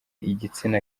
igitsina